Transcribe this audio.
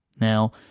Now